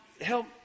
help